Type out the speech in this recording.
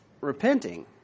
repenting